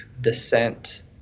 descent